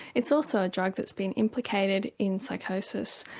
it's also a drug that's been implicated in psychosis.